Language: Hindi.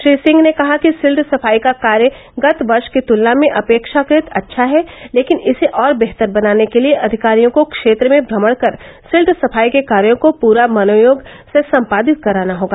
श्री सिंह ने कहा कि सिल्ट सफाई का कार्य गत वर्ष की तुलना में अपेक्षाकृत अच्छा है लेकिन इसे और बेहतर बनाने के लिए अधिकारियों को क्षेत्र में भ्रमण कर सिल्ट सफाई के कार्यों को पूर्ण मनोयोग से सम्पादित कराना होगा